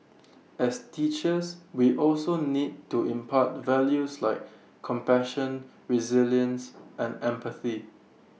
as teachers we also need to impart values like compassion resilience and empathy